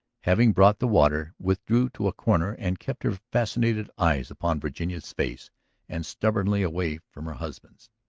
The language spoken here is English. having brought the water, withdrew to a corner and kept her fascinated eyes upon virginia's face and stubbornly away from her husband's.